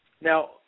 Now